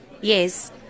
Yes